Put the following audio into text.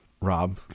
Rob